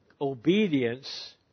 Obedience